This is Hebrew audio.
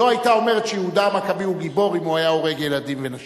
היתה אומרת שיהודה המכבי הוא גיבור אם הוא היה הורג ילדים ונשים.